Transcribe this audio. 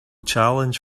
challenge